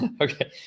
Okay